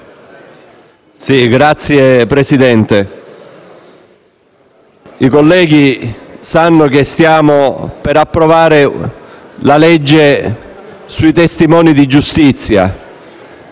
Signor Presidente, i colleghi sanno che stiamo per approvare la legge sui testimoni di giustizia